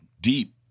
deep